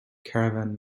caravan